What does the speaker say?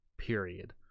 period